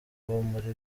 muri